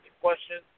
questions